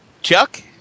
Chuck